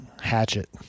hatchet